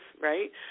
right